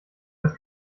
das